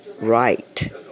right